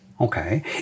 Okay